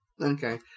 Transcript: Okay